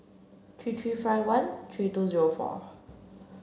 three three five one three two zero four